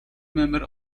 members